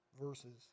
verses